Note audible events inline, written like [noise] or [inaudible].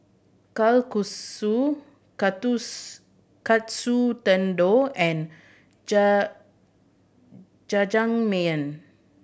Kalguksu [unintelligible] Katsu Tendon and [unintelligible] Jajangmyeon